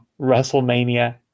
WrestleMania